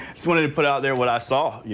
just wanted to put out there what i saw, yeah